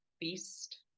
Beast